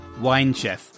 Winechef